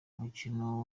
umukino